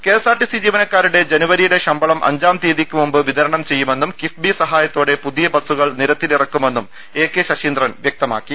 KSRTC ജീവനക്കാരുടെ ജനുവരിയിലെ ശമ്പളം അഞ്ചാംതിയ്യതിക്ക് മുമ്പ് വിതരണം ചെയ്യുമെന്നും കിഫ്ബി സഹാ യത്തോടെ പുതിയ ബസ്സുകൾ നിരത്തിലിറക്കുമെന്നും എ കെ ശശീ ന്ദ്രൻ വ്യക്തമാക്കി